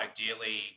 Ideally